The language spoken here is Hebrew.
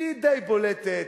היא די בולטת,